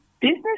Business